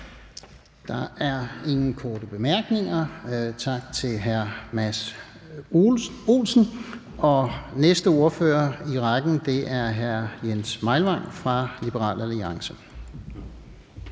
Der er ingen korte bemærkninger. Tak til hr. Mads Olsen. Næste ordfører i rækken er hr. Jens Meilvang fra Liberal Alliance.